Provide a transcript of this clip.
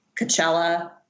Coachella